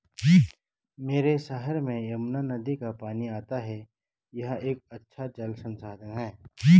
मेरे शहर में यमुना नदी का पानी आता है यह एक अच्छा जल संसाधन है